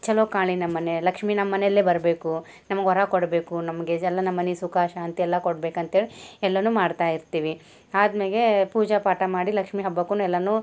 ಚಲೋ ಕಾಣಲಿ ನಮ್ಮ ಮನೆ ಲಕ್ಷ್ಮೀ ನಮ್ಮ ಮನೆಯಲ್ಲೇ ಬರಬೇಕು ನಮಗೆ ವರ ಕೊಡಬೇಕು ನಮಗೆ ಎಲ್ಲ ನಮ್ಮ ಮನಿಗೆ ಸುಖ ಶಾಂತಿಯೆಲ್ಲ ಕೊಡ್ಬೇಕಂತೇಳಿ ಎಲ್ಲನೂ ಮಾಡ್ತಾ ಇರ್ತೀವಿ ಆದ್ಮ್ಯಾಲೆ ಪೂಜಾ ಪಾಠ ಮಾಡಿ ಲಕ್ಷ್ಮಿ ಹಬ್ಬಕ್ಕೂ ಎಲ್ಲನೂ